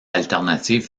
alternative